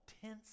tense